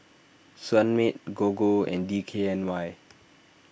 Sunmaid Gogo and D K N Y